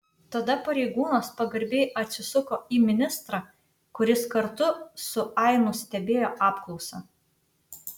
tada pareigūnas pagarbiai atsisuko į ministrą kuris kartu su ainu stebėjo apklausą